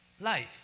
life